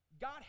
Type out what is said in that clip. God